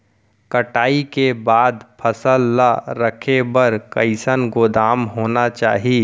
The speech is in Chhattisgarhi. कटाई के बाद फसल ला रखे बर कईसन गोदाम होना चाही?